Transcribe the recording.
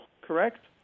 correct